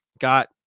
got